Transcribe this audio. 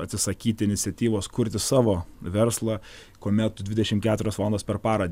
atsisakyti iniciatyvos kurti savo verslą kuomet tu dvidešimt keturias valandas per parą